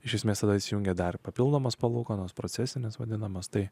iš esmės tada įsijungia dar papildomos palūkanos procesinės vadinamas tai